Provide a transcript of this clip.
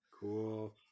Cool